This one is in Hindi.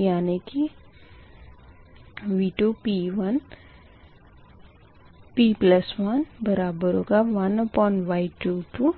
यानी कि V2p11Y22P2 jQ2V2p Y21V1